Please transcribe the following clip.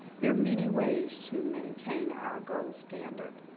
there are many ways to maintain our gold standard.